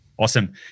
Awesome